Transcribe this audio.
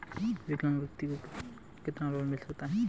विकलांग व्यक्ति को कितना लोंन मिल सकता है?